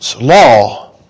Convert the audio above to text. law